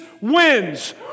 wins